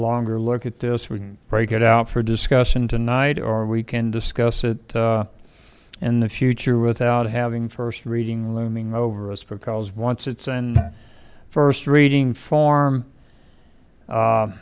longer look at this weekend break it out for discussion tonight or we can discuss it in the future without having first reading looming over us because once it's and first reading form